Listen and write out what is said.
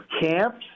camps